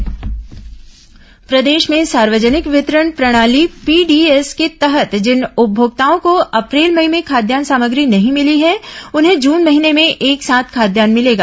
PDS निर्देश प्रदेश में सार्वजनिक वितरण प्रणाली पीडीएस के तहत जिन उपभोक्ताओं को अप्रैल मई में खाद्यान्न सामग्री नहीं मिली है उन्हें जून महीने में एक साथ खाद्यान्न मिलेगा